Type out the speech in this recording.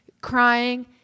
Crying